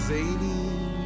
Zadie